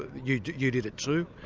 you you did it too.